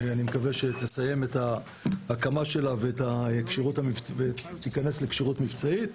אני מקווה שתסיים את הקמתה ותיכנס לכשירות מבצעית.